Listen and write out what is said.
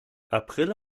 april